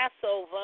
Passover